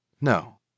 No